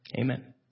Amen